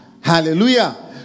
Hallelujah